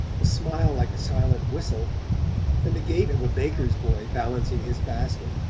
a smile like a silent whistle and the gait of a baker's boy balancing his basket.